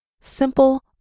simple